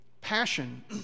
passion